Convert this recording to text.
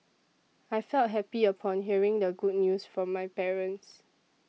I felt happy upon hearing the good news from my parents